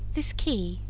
this key,